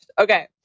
Okay